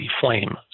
flame